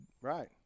Right